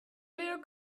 little